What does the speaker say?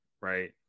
right